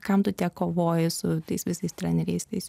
kam tu tiek kovoji su tais visais treneriais tais